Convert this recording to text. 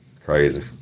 crazy